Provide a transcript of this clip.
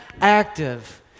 active